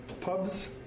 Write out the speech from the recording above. pubs